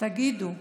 תגידו,